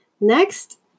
Next